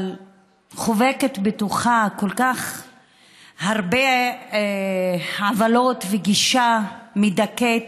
אבל חובקת בתוכה הרבה עוולות וגישה מדכאת,